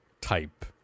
type